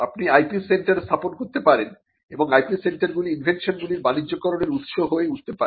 আপনি IP centre স্থাপন করতে পারেন এবং IPসেন্টারগুলি ইনভেনশন গুলির বাণিজ্যকরনের উৎস হয়ে উঠতে পারে